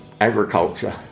agriculture